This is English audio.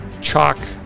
chalk